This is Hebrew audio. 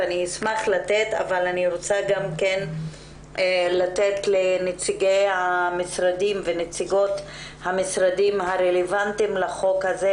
ידברו קודם נציגי המשרדים הרלוונטיים לחוק הזה,